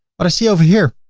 what i see over here